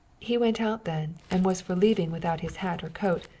he went out then, and was for leaving without his hat or coat,